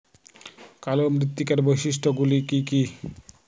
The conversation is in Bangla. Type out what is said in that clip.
কালো মৃত্তিকার বৈশিষ্ট্য গুলি কি কি?